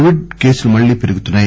Covid కేసులు మళ్లీ పెరుగుతున్నాయి